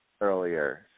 earlier